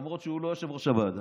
למרות שהוא לא יושב-ראש הוועדה,